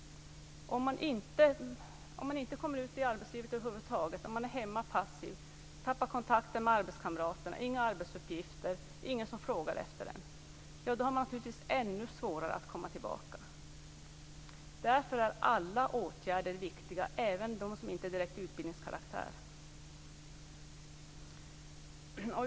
Om man inte kommer ut i arbetslivet över huvud taget, om man är hemma, är passiv, tappar kontakten med arbetskamraterna, inte har några arbetsuppgifter eller någon som frågar efter en - då har man naturligtvis ännu svårare att komma tillbaka. Därför är alla åtgärder viktiga, även de som inte är av direkt utbildningskaraktär.